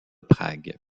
prague